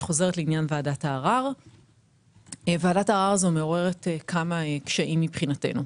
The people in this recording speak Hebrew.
ועדת הערר הזאת מעוררת כמה קשיים מבחינתנו.